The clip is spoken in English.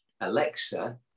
Alexa